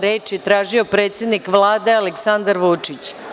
Reč je tražio predsednik Vlade, Aleksandar Vučić.